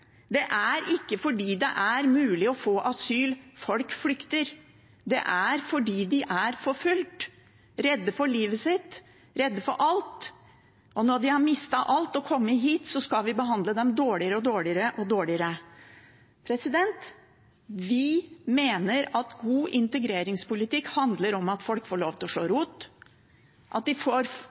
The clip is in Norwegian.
Det er ikke fordi det er mulig å få asyl folk flykter. Det er fordi de er forfulgt, redde for livet sitt, redde for alt. Og når de har mistet alt og kommet hit, skal vi behandle dem dårligere og dårligere. Vi mener at god integreringspolitikk handler om at folk får lov til å slå rot, at de får